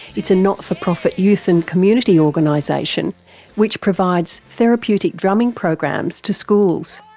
it's a not-for-profit youth and community organisation which provides therapeutic drumming programs to schools.